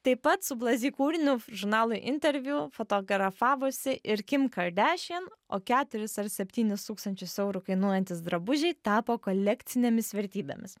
taip pat su blazi kūriniu žurnalui interviu fotografavosi ir kim kardašian o keturis ar septynis tūkstančius eurų kainuojantys drabužiai tapo kolekcinėmis vertybėmis